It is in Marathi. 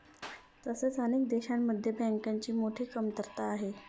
तसेच अनेक देशांमध्ये बँकांची मोठी कमतरता आहे